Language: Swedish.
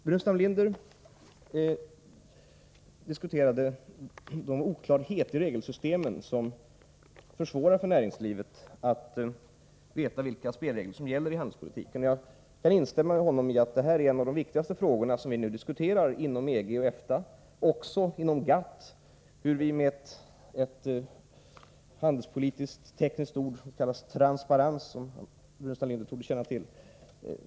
Burenstam Linder diskuterade de oklarheter i regelsystemen som försvårar för näringslivet att veta vilka spelregler som gäller i handelspolitiken. Jag instämmer med honom i att en av de viktigaste av de frågor som vi diskuterar inom EG, EFTA och även GATT är hur vi — med ett tekniskt handelspolitiskt uttryck, som Burenstam Linder torde känna till — skall kunna åstadkomma transparens.